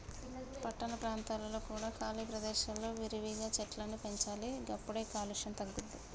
పట్టణ ప్రాంతాలలో కూడా ఖాళీ ప్రదేశాలలో విరివిగా చెట్లను పెంచాలి గప్పుడే కాలుష్యం తగ్గుద్ది